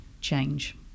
change